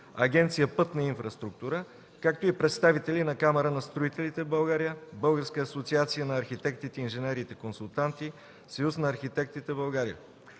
Агенция „Пътна инфраструктура”, както и представители на Камарата на строителите в България, Българската асоциация на архитектите и инженерите консултанти, Съюзът на архитектите в България.